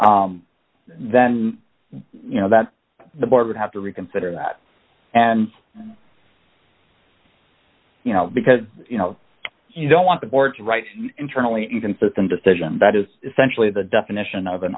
even then you know that the board would have to reconsider that and you know because you know you don't want the board to write internally inconsistent decisions that is essentially the definition of an